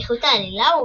באיכות העלילה,